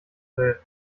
will